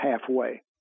halfway